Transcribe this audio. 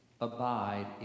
abide